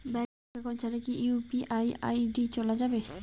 Bank account ছাড়া কি UPI ID চোলা যাবে?